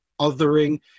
othering